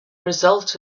result